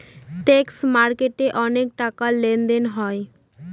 stock মার্কেটে অনেক টাকার লেনদেন হয়